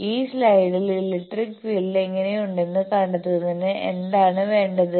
ഈ സ്ലൈഡിൽ electric field എങ്ങനെയുണ്ടെന്ന് കണ്ടെത്തുന്നതിന് എന്താണ് വേണ്ടത്